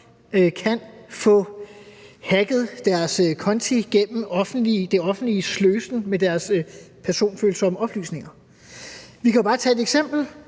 kan få hacket deres konti gennem det offentliges sløsen med deres personfølsomme oplysninger. Vi kan jo bare tage et eksempel: